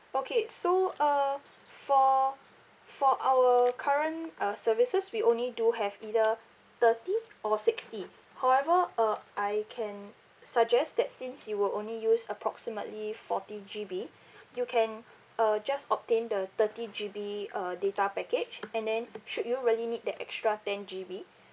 okay so uh for for our current uh services we only do have either thirty or sixty however uh I can suggest that since you will only use approximately forty G_B you can uh just obtain the thirty G_B uh data package and then should you really need the extra ten G_B